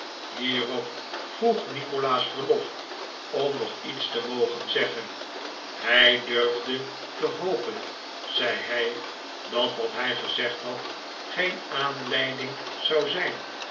hierop vroeg nikolaas verlof om nog iets te mogen zeggen hij durfde te hopen zei hij dat wat hij gezegd had geen aanleiding zou zijn